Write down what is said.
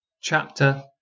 Chapter